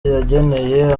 yageneye